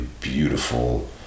beautiful